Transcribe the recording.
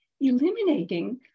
eliminating